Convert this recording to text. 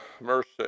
mercy